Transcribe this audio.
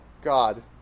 God